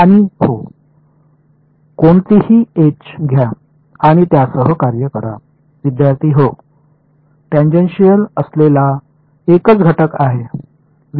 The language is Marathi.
आणि हो कोणतीही एज घ्या आणि त्यासह कार्य करा विद्यार्थी हो टॅन्जेन्शियल असलेला एकच घटक आहे